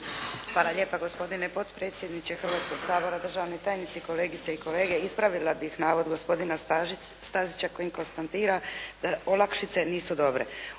Hvala lijepa. Gospodine potpredsjedniče Hrvatskoga sabora, državni tajniče, kolegice i kolege. Ispravila bih navod gospodina Stazića kojim konstatira da olakšice nisu dobro.